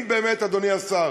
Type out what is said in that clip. אם באמת, אדוני השר,